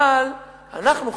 אבל אנחנו,